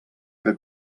que